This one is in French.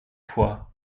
fois